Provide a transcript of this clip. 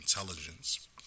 intelligence